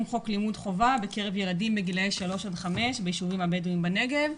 חוק לימוד חובה בקרב ילדים בגילאי 3 עד 5 ביישובים הבדואים בנגב.